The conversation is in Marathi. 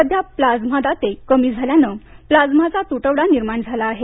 सध्या प्लाझ्मा दाते कमी झाल्यानं प्लाझ्माचा तुटवडा निर्माण झाला आहे